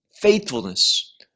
faithfulness